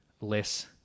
less